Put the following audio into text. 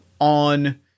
on